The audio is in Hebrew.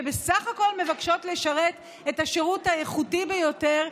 שבסך הכול מבקשות לשרת את השירות האיכותי ביותר,